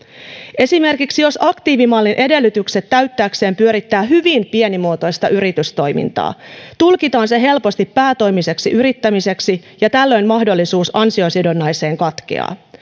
esimerkiksi jos aktiivimallin edellytykset täyttääkseen pyörittää hyvin pienimuotoista yritystoimintaa tulkitaan se helposti päätoimiseksi yrittämiseksi ja tällöin mahdollisuus ansiosidonnaiseen katkeaa